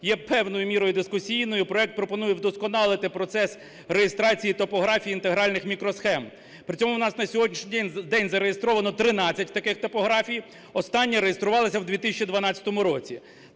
є певною мірою дискусійною. Проект пропонує вдосконалити процес реєстрації топографії інтегральних мікросхем. При цьому у нас на сьогоднішній день зареєстровано 13 таких топографій, остання реєструвалася в 2012 році.